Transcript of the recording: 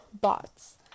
bots